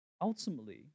ultimately